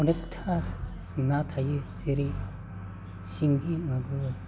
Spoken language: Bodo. अनेकथा ना थायो जेरै सिंगि मागुर